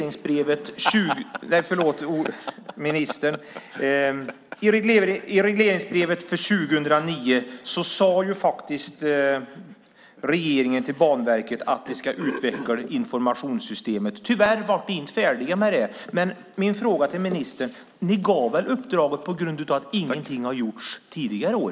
I regleringsbrevet för 2009 sade faktiskt regeringen till Banverket att de skulle utveckla informationssystemet. Tyvärr blev de inte färdiga med det, men min fråga till ministern är: Ni gav väl uppdraget på grund av att ingenting har gjorts tidigare år?